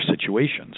situations